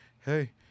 hey